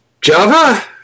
Java